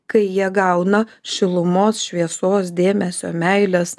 kai jie gauna šilumos šviesos dėmesio meilės